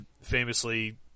famously